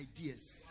ideas